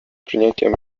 принятием